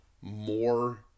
more